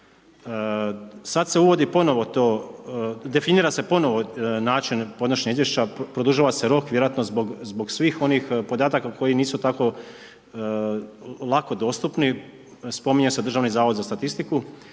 Sada se uvodi ponovno to, definira se ponovno način podnošenja izvješća, produžuje se rok vjerojatno zbog svih onih podataka, koji nisu tako lako dostupni, spominje se Državni zavod za statistiku,